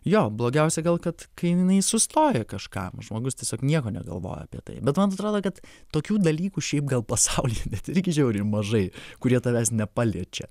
jo blogiausia gal kad kai jinai sustoja kažkam žmogus tiesiog nieko negalvoja apie tai bet man atrodo kad tokių dalykų šiaip gal pasaulyje net irgi žiauriai mažai kurie tavęs nepaliečia